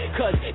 cause